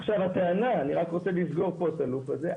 עכשיו, הטענה, אני רק רוצה לסגור פה את הלופ הזה.